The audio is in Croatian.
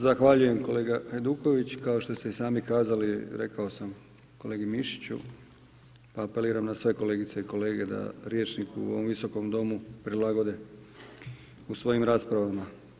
Zahvaljujem kolega Hajduković, kao što ste i sami kazali rekao sam kolegi MIšiću, pa apeliram na sve kolegice i kolege da rječnik u ovom Visokom domu prilagode u svojim raspravama.